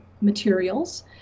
materials